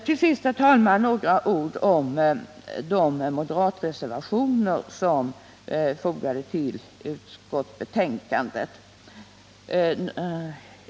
Till sist, herr talman, vill jag säga några ord om de moderatreservationer som är fogade till utskottsbetänkandet.